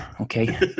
okay